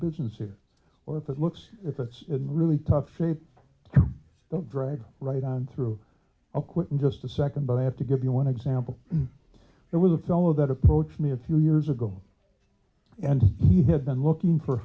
business here or if it looks if it's really tough shape you don't drag right on through i'll quit in just a second but i have to give you one example it was a fellow that approached me a few years ago and he had been looking for